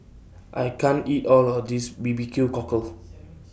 I can't eat All of This B B Q Cockle